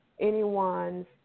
anyone's